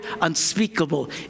unspeakable